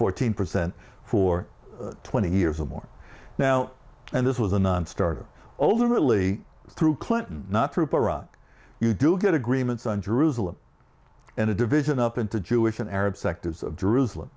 fourteen percent for twenty years or more now and this was a nonstarter alternately through clinton not true porat you do get agreements on jerusalem and a division up into jewish and arab sectors of jerusalem